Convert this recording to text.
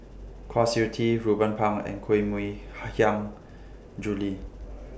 Kwa Siew Tee Ruben Pang and Koh Mui Hiang Julie